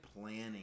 planning